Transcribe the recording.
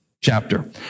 chapter